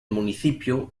municipio